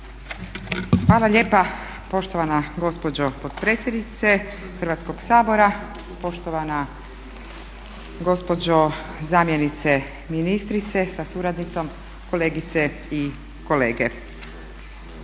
Hvala lijepa poštovana gospođo potpredsjednice Hrvatskoga sabora, poštovana gospođo zamjenice ministrice sa suradnicom, kolegice i kolege.